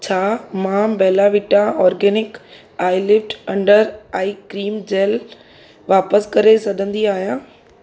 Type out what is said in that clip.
छा मां Bella Vita Organic eyelift under eye cream gel वापसि करे सघंदी आहियां